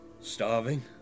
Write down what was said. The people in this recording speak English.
starving